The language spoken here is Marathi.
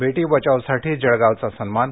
बर्षी बचाव साठी जळगावचा सन्मान